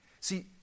See